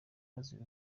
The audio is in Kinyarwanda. bazira